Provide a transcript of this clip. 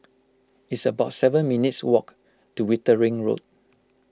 it's about seven minutes' walk to Wittering Road